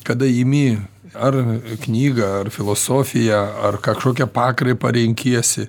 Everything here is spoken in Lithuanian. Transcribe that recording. kada imi ar knygą ar filosofiją ar kažkokią pakraipą renkiesi